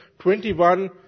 21